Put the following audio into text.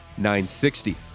960